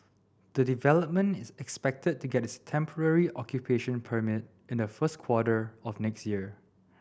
the development is expected to get its temporary occupation permit in the first quarter of next year